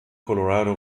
colorado